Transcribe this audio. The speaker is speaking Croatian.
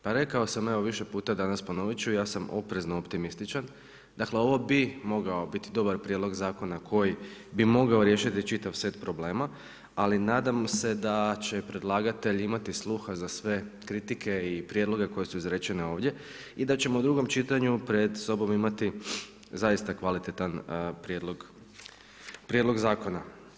Pa rekao sam evo više puta danas i ponovit ću, ja sam oprezno optimističan, dakle ovo bi mogao biti dobar prijedlog zakona koji bi mogao riješiti čitav set problema, ali nadam se da će predlagatelj imati sluha za sve kritike i prijedloge koje su izrečene ovdje i da ćemo u drugom čitanju pred sobom imati zaista kvalitetan prijedlog zakona.